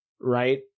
Right